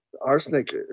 arsenic